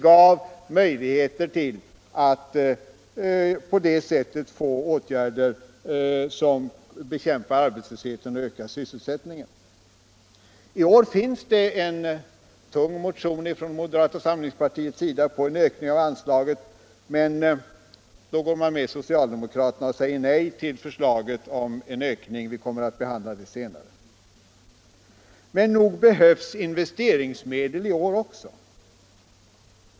Man kunde på det sättet vidta åtgärder för att bekämpa arbetslösheten och öka sysselsättningen. I år finns det en tung motion från moderata samlingspartiets sida om ökning av anslaget. Men då går moderaterna tillsammans med socialdemokraterna och säger nej till förslaget om en ökning —- vi kommer att behandla den frågan senare. Men nog behövs det investeringsmedel i år också.